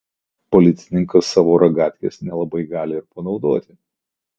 policininkas savo ragatkės nelabai gali ir panaudoti